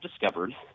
discovered